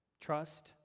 Trust